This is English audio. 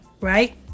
Right